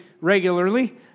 regularly